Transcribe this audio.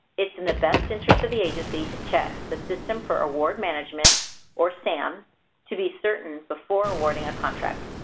it's in the best interest of the agency to check the system for award management or sam to be certain before awarding a contract.